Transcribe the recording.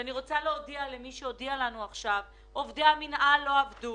אני רוצה להודיע כאן שעובדי המינהל לא עבדו,